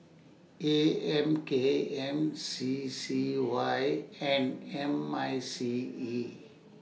A M K M C C Y and M I C E